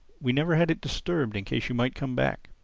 we never had it disturbed in case you might come back.